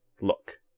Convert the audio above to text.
look